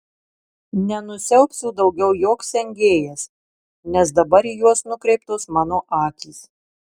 nenusiaubs jų daugiau joks engėjas nes dabar į juos nukreiptos mano akys